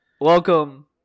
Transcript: Welcome